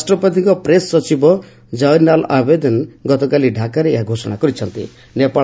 ବାଂଲାଦେଶ ରାଷ୍ଟ୍ରପତିଙ୍କ ପ୍ରେସ୍ ସଚିବ ଜୟନାଲ ଆବେଦିନ୍ ଗତକାଲି ଡ଼ାକାରେ ଏହା ଘୋଷଣା କରିଛନ୍ତି